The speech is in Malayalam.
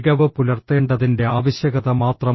മികവ് പുലർത്തേണ്ടതിന്റെ ആവശ്യകത മാത്രം